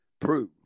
Prove